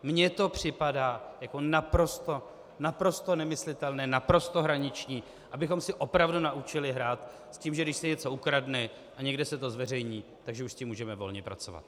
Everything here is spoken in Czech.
Mně to připadá jako naprosto nemyslitelné, naprosto hraniční, abychom se opravdu naučili hrát s tím, že když se něco ukradne a někde se to zveřejní, tak že už s tím můžeme volně pracovat.